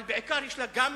אבל בעיקר יש לה גם